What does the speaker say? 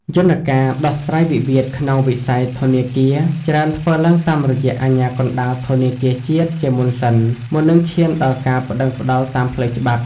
យន្តការដោះស្រាយវិវាទក្នុងវិស័យធនាគារ ច្រើនធ្វើឡើងតាមរយៈ "អាជ្ញាកណ្ដាលធនាគារជាតិ" ជាមុនសិន មុននឹងឈានដល់ការប្ដឹងផ្ដល់តាមផ្លូវច្បាប់។